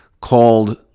called